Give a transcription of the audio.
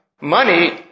money